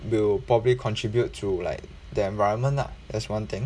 will probably contribute through like the environment ah that's one thing